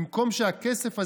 במקום שהכסף הזה,